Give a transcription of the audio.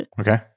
okay